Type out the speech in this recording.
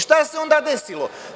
Šta se onda desilo?